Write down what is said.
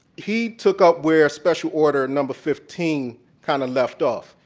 he took up where special order number fifteen kind of left off.